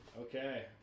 Okay